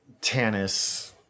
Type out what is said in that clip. Tannis